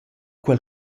quel